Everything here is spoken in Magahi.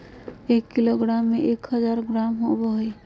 एक किलोग्राम में एक हजार ग्राम होबो हइ